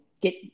get